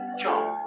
jump